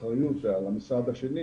על המשרד השני,